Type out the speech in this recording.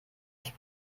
sich